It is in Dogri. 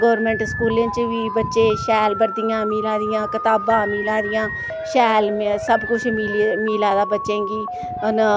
गोरमैंट स्कूलें च बी बच्चे शैल बर्दियां मिला दियां कताबां मिला दियां शैल सब कुछ मिले मिला दा बच्चें गी अना